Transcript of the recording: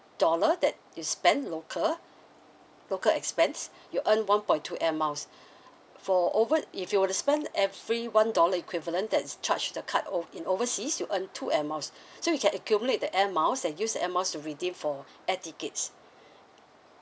dollar that you spent local local expense you earn one point two air miles for over if you were to spend every one dollar equivalent that's charge the card over in overseas you earn two air miles so you can accumulate the air miles then use that air miles to redeem for air tickets